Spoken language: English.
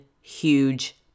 huge